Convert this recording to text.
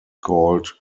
called